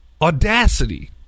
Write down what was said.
Audacity